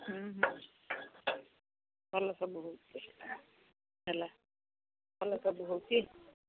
ହୁଁ ହୁଁ ଭଲ ସବୁ ହେଉଛି ହେଲା ଭଲ ସବୁ ହେଉଛି